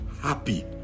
happy